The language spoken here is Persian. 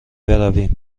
برویم